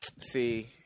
See